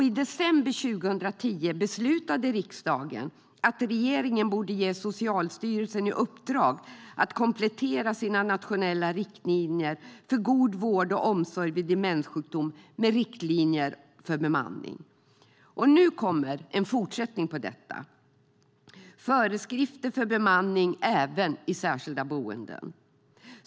I december 2010 beslutade riksdagen att regeringen borde ge Socialstyrelsen i uppdrag att komplettera sina nationella riktlinjer för god vård och omsorg vid demenssjukdom med riktlinjer för bemanning. Nu kommer en fortsättning på detta, nämligen föreskrifter för bemanning även i särskilda boenden.